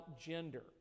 gender